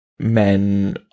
Men